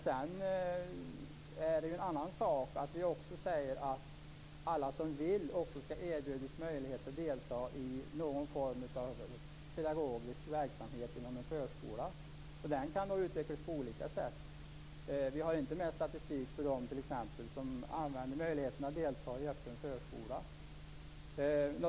Det är en annan sak att vi också säger att alla som vill även skall erbjudas möjlighet att delta i någon form av pedagogisk verksamhet inom en förskola. Den kan utvecklas på olika sätt. Vi har inte någon statistik för dem som använder möjligheten att delta i öppna förskolan.